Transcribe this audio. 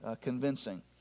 convincing